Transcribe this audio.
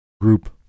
group